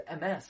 MS